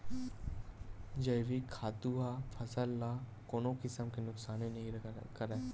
जइविक खातू ह फसल ल कोनो किसम के नुकसानी नइ करय